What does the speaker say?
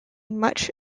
much